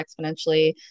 exponentially